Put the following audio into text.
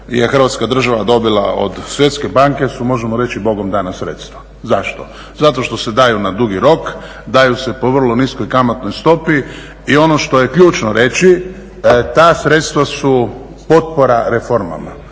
Hrvatska država dobila od Švedske banke su možemo reći Bogom dana sredstva. Zašto? Zato što se daju na dugi rok, daju se po vrlo niskoj kamatnoj stopi i ono što je ključno reći, ta sredstva su potpora reformama,